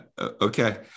okay